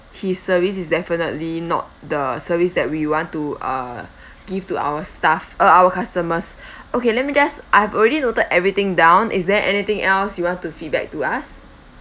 his service is definitely not the service that we want to uh give to our staff uh our customers okay let me just I've already noted everything down is there anything else you want to feedback to us